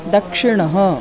दक्षिणः